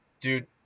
dude